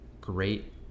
great